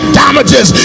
damages